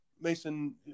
Mason